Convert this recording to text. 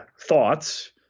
thoughts